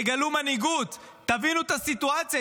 תגלו מנהיגות, תבינו את הסיטואציה.